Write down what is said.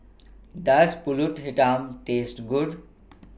Does Pulut Hitam Taste Good